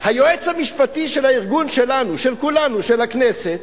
היועץ המשפטי של הארגון שלנו, של כולנו, של הכנסת,